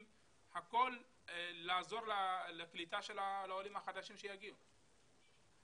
הכול לעזור לקליטה של העולים החדשים שיגיעו.